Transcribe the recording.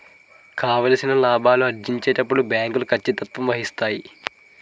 కావాల్సిన లాభాలు ఆర్జించేటప్పుడు బ్యాంకులు కచ్చితత్వాన్ని పాటిస్తాయి